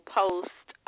post